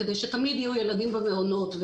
כדי שתמיד יהיו ילדים במעונות,